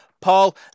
Paul